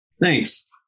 Thanks